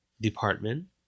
Department